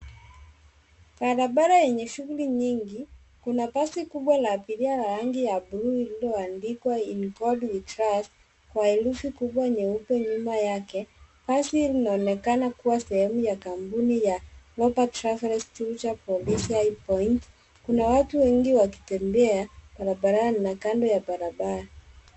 Barabara yenye shughuli nyingi, kuna basi kubwa la abiria la rangi ya bluu lililoandikwa in God we trust kwa herufi kubwa nyeupe nyuma yake. Basi hili linaonekana kuwa sehemu ya kampuni ya Lopha Travels Juja police high point kuna watu wakitembea barabarani na kando ya barabara.